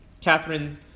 Catherine